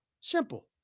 simple